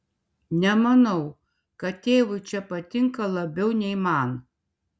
nemanau kad tėvui čia patinka labiau nei man